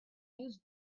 use